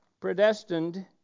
predestined